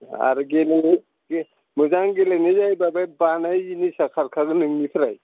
आरो मोजां गेलेनाय जायोब्ला बानाय जिनिसा खारखागोन नोंनिफ्राय